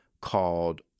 called